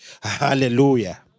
Hallelujah